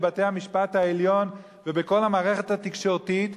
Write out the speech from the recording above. בבית-המשפט העליון ובכל המערכת התקשורתית,